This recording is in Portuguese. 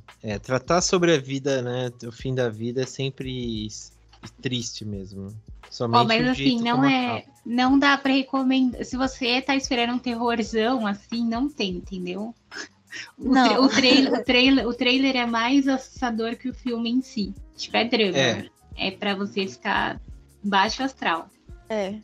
né? É, tratar sobre a vida, né, o fim da vida é sempre s- triste mesmo. Somente Oh, mas o jeito assim, não como acaba. é- não dá pra recomenda- se você tá esperando um terrorzão assim, não tem, entendeu? O tra- Não. o trailer- o trailer- o trailer é mais assustador que o filme em si. Tipo, é drama. É. É pra você ficar baixo astral. É.